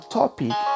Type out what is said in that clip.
topic